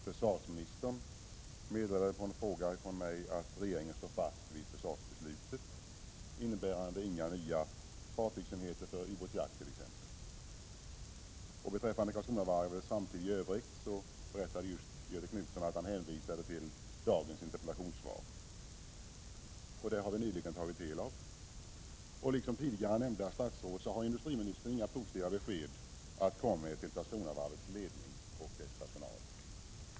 Som svar på en fråga från mig meddelade försvarsministern att regeringen står fast vid försvarsbeslutet, innebärande att det t.ex. inte blir några nya fartygsenheter för ubåtsjakt. Göthe Knutson berättade just att försvarsministern beträffande Karlskronavarvets framtid i övrigt hänvisade till dagens interpellationssvar. Det har vi nyligen tagit del av. Liksom tidigare nämnda statsråd har industriministern inga positiva besked att komma med till Karlskronavarvets ledning och personal.